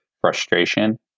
frustration